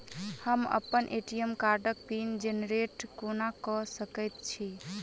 हम अप्पन ए.टी.एम कार्डक पिन जेनरेट कोना कऽ सकैत छी?